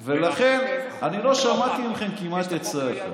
לכן, אני כמעט לא שמעתי מכם עצה אחת